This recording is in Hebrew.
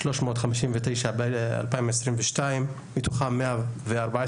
359 ב-2022, מתוכם 114